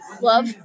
love